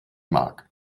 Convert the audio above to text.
mag